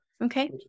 Okay